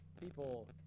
People